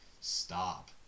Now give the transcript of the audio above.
stop